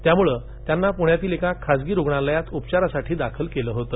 त्यामुळे त्यांना प्ण्यातील एका खासगी रुग्णालयात उपचारासाठी दाखल केले होते